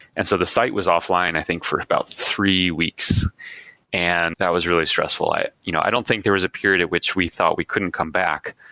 and so the site was off-line, i think, for about three weeks and that was really stressful. i you know i don't think there was a period at which we thought we couldn't come back.